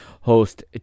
host